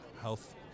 health